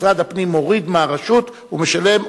משרד הפנים מוריד מהרשות ומשלם,